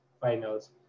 finals